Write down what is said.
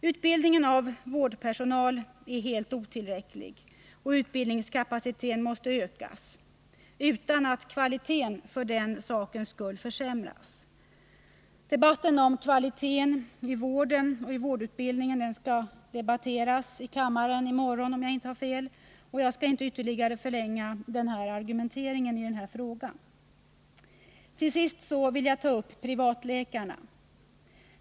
Utbildningen av vårdpersonal är otillräcklig, och utbildningskapaciteten måste ökas utan att kvaliteten för den skull försämras. Frågan om kvaliteten i vården och i vårdutbildningen skall, om jag inte tar fel, debatteras i kammaren i morgon. Därför skall jag inte argumentera mera i denna fråga. Till sist vill jag ta upp spörsmålet om privatläkarna.